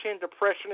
depression